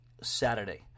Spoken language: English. Saturday